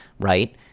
right